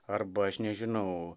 arba aš nežinau